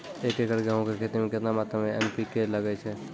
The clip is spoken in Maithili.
एक एकरऽ गेहूँ के खेती मे केतना मात्रा मे एन.पी.के लगे छै?